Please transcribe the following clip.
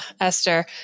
Esther